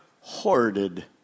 hoarded